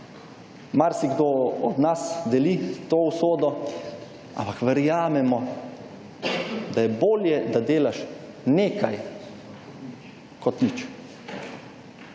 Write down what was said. marsikdo od nas deli to usodo, ampak verjamemo, da je bolje, da delaš nekaj kot nič.